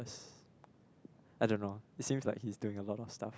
I don't know it seems like he is doing a lot of stuff